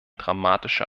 dramatischer